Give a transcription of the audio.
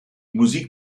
musik